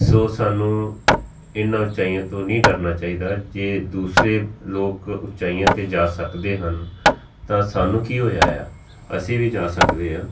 ਸੋ ਸਾਨੂੰ ਇਹਨਾਂ ਉੱਚਾਈਆਂ ਤੋਂ ਨਹੀਂ ਡਰਨਾ ਚਾਹੀਦਾ ਜੇ ਦੂਸਰੇ ਲੋਕ ਉੱਚਾਈਆਂ 'ਤੇ ਜਾ ਸਕਦੇ ਹਨ ਤਾਂ ਸਾਨੂੰ ਕੀ ਹੋਇਆ ਆ ਅਸੀਂ ਵੀ ਜਾ ਸਕਦੇ ਹਾਂ